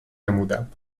نمودم